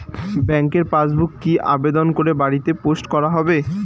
ব্যাংকের পাসবুক কি আবেদন করে বাড়িতে পোস্ট করা হবে?